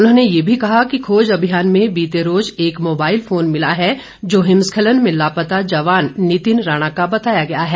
उन्होंने ये भी कहा कि खोज अभियान में बीते रोज एक मोबाईल फोन मिला है जो हिमस्खलन में लापता जवान नितिन राणा का बताया गया है